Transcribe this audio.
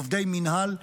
עובדי מינהל,